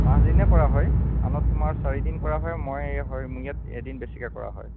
পাঁচদিনেই কৰা হয় আনত তোমাৰ চাৰিদিন কৰা হয় মই হয় মোৰ ইয়াত এদিন বেছিকৈ কৰা হয়